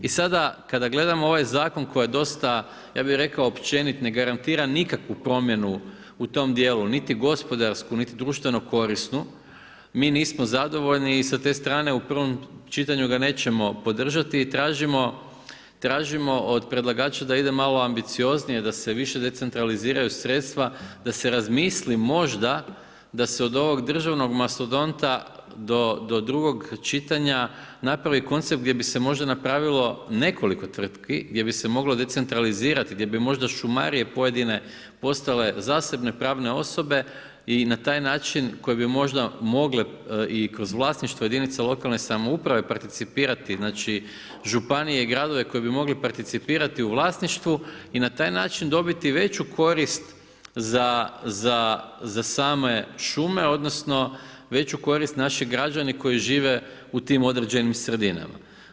I sada kada gledamo ovaj zakon koji je dosta, ja bih rekao općenit, ne garantira nikakvu promjenu u tom dijelu niti gospodarsku, niti društveno korisnu mi nismo zadovoljni i s te strane u prvom čitanju ga nećemo podržati i tražimo od predlagača da ide malo ambicioznije, da se više decentraliziraju sredstva, da se razmisli možda da se od ovog državnog mastodonta do drugog čitanja napravi koncept gdje bi se možda napravilo nekoliko tvrtki gdje bi se moglo decentralizirati, gdje bi možda šumarije pojedine postale zasebne pravne osobe i na taj način koji bi možda mogle i kroz vlasništvo jedinica lokalne samouprave participirati, znači županije i gradove koji bi mogli participirati u vlasništvu i na taj način dobiti veću korist za same šume, odnosno veću korist naši građani koji žive u tim određenim sredinama.